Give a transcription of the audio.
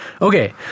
Okay